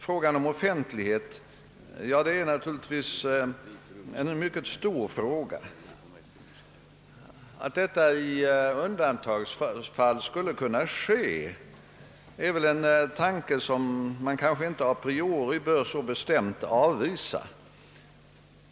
Frågan om offentlighet är naturligtvis ett mycket stort spörsmål. Att offentlighet skulle kunna användas i undantagsfall är väl en tanke som man inte så bestämt bör avvisa a priori.